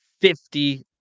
fifty